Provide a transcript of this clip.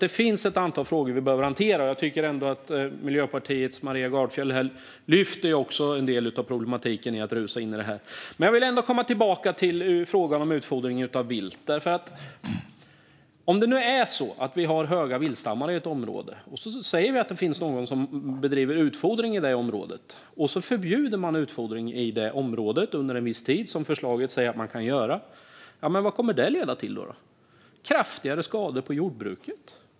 Det finns ett antal frågor som vi behöver hantera, och Miljöpartiets Maria Gardfjell lyfter också upp en del av problematiken i att rusa in i detta. Jag vill komma tillbaka till frågan om utfodringen av vilt. Om det nu är så att vi har stora viltstammar i ett område och det finns någon som bedriver utfodring där, och så förbjuder man utfodring i området under en viss tid, som förslaget säger att man kan göra, vad kommer det att leda till? Jo, till kraftigare skador på jordbruket.